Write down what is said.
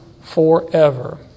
forever